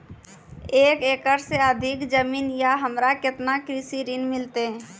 एक एकरऽ से अधिक जमीन या हमरा केतना कृषि ऋण मिलते?